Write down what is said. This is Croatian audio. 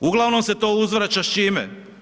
Uglavnom se to uzvraća, s čime?